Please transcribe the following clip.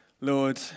Lord